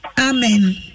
Amen